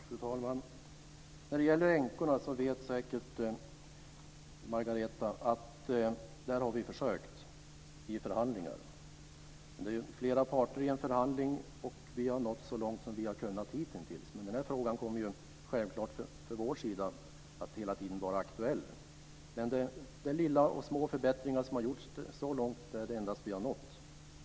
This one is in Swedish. Fru talman! När det gäller änkorna vet säkert Margareta Cederfelt att vi i förhandlingar har försökt driva denna fråga. Vi har nått så långt som vi har kunnat hitintills, men den här frågan kommer självfallet hela tiden att vara aktuell från vår sida. De små förbättringar som har skett är vad vi hittills har kunnat åstadkomma.